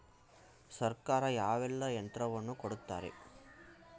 ಸರ್ಕಾರ ಯಾವೆಲ್ಲಾ ಯಂತ್ರವನ್ನು ಕೊಡುತ್ತಾರೆ?